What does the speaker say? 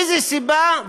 איזו סיבה?